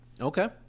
Okay